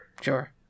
Sure